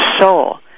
soul